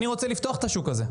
אני רוצה לפתוח את השוק הזה.